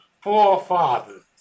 forefathers